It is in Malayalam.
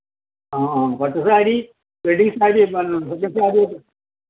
ആഹ് ആഹ് പട്ടു സാരി റെഡി സാരി പറഞ്ഞിട്ടുണ്ട് കിട്ടിയോ അത്